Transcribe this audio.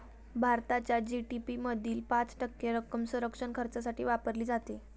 भारताच्या जी.डी.पी मधील पाच टक्के रक्कम संरक्षण खर्चासाठी वापरली जाते